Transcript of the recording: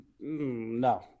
No